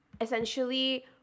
essentially